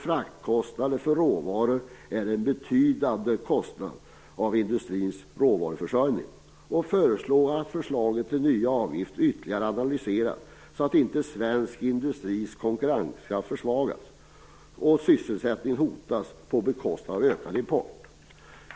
Fraktkostnader för råvaror är en betydande del av industrins kostnader. Man föreslår att förslaget till nya avgifter ytterligare analyseras, så att inte svensk industris konkurrenskraft försvagas och sysselsättningen hotas på bekostnad av ökad import.